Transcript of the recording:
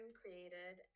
created